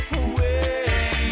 away